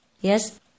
yes